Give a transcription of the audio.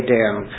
down